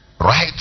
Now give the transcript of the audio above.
right